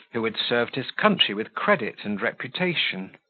who had served his country with credit and reputation.